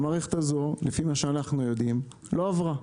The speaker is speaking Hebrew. והמערכת הזו, לפי מה שאנחנו יודעים לא עברה.